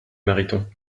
mariton